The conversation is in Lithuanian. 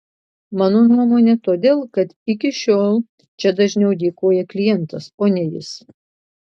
mano nuomone todėl kad iki šiol čia dažniau dėkoja klientas o ne jis